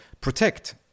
protect